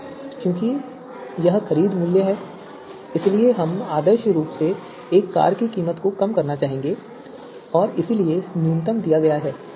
क्योंकि यह खरीद मूल्य है इसलिए हम आदर्श रूप से एक कार की कीमत को कम करना चाहेंगे और इसलिए न्यूनतम दिया गया है